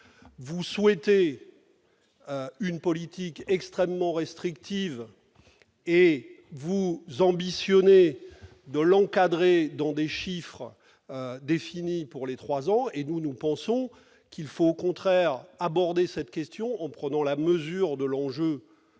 Vous souhaitez une politique extrêmement restrictive, que vous ambitionnez d'encadrer dans des chiffres définis pour trois ans. Pour notre part, nous pensons qu'il faut, au contraire, traiter cette question en prenant la mesure de l'enjeu